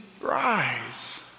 rise